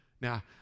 Now